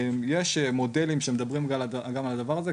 יש מודלים שמדברים גם על הדבר הזה,